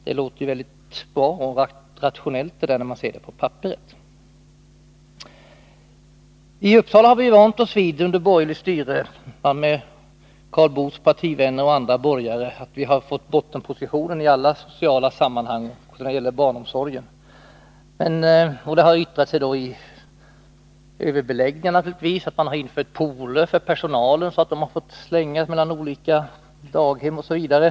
Det verkar väldigt bra och rationellt när man ser det på papperet. I Uppsala har vi under borgerligt styre med Karl Boos partivänner och andra borgare vant oss vid att i alla sociala sammanhang få bottenpositionen, också när det gäller barnomsorgen. Det har yttrat sig i överbeläggningar, naturligtvis, och att man har infört pooler för personalen så att den har fått slängas mellan olika daghem osv.